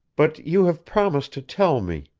but you have promised to tell me